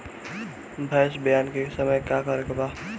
भैंस ब्यान के समय का करेके बा?